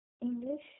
English